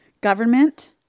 Government